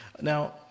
now